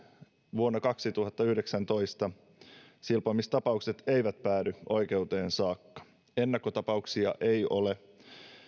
vuonna kaksituhattayhdeksäntoista silpomistapaukset eivät päädy oikeuteen saakka ennakkotapauksia ei ole